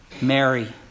Mary